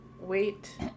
Wait